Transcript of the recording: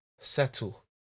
Settle